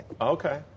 Okay